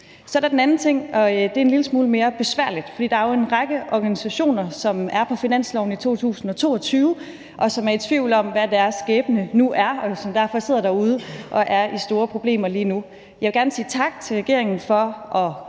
Så er der den anden ting, og det er en lille smule mere besværligt. For der er jo en række organisationer, som er på finansloven i 2022, og som er i tvivl om, hvad deres skæbne nu er, og som derfor sidder derude og er i store problemer lige nu. Jeg vil gerne sige tak til regeringen for at give